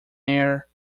air